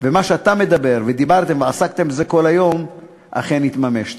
ומה שאתה אומר ודיברתם ועסקתם בזה כל היום אכן יתממש.